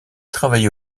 travaillé